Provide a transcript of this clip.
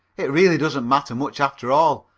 it really doesn't matter much after all,